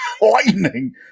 Lightning